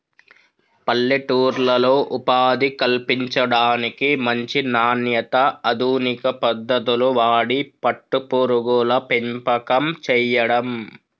పల్లెటూర్లలో ఉపాధి కల్పించడానికి, మంచి నాణ్యత, అధునిక పద్దతులు వాడి పట్టు పురుగుల పెంపకం చేయడం